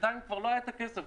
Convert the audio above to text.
בינתיים כבר לא היה את הכסף.